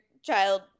child